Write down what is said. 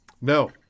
No